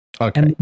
Okay